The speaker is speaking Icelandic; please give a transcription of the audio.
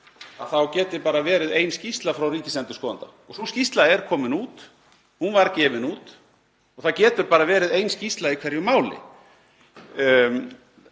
þá geti bara verið ein skýrsla frá ríkisendurskoðanda. Sú skýrsla er komin út, hún var gefin út og það getur bara verið ein skýrsla í hverju máli.